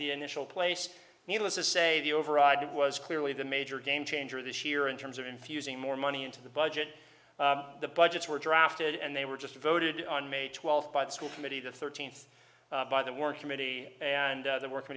the initial place needless to say the override was clearly the major game changer this year in terms of infusing more money into the budget the budgets were drafted and they were just voted on may twelfth by the school committee the thirteenth by the work committee and the work for